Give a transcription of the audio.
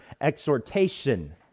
exhortation